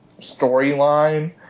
storyline